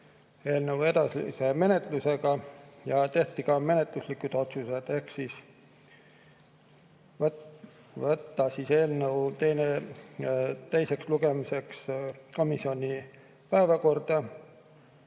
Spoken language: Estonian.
eelnõu edasise menetluse üle ja tehti ka menetluslikud otsused. Otsustati võtta eelnõu teiseks lugemiseks komisjoni päevakorda,